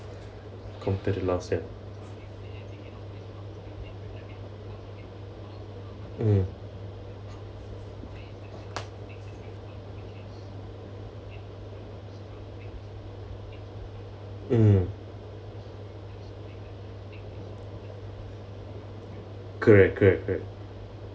compared to last time mm mm correct correct correct